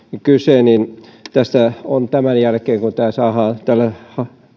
kyse niin tässä on tämän jälkeen kun tämä saadaan täällä